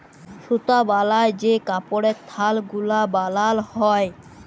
সুতা বালায় যে কাপড়ের থাল গুলা বালাল হ্যয়